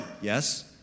Yes